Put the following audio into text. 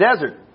desert